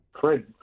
Fred